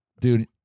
dude